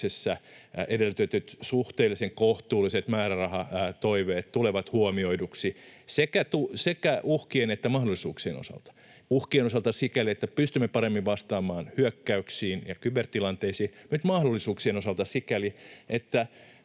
edellytetyt suhteellisen kohtuulliset määrärahatoiveet tulevat huomioiduksi sekä uhkien että mahdollisuuksien osalta. Uhkien osalta sikäli, että pystymme paremmin vastaamaan hyökkäyksiin ja kybertilanteisiin, mutta myös mahdollisuuksien osalta sikäli, että